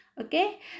Okay